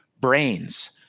brains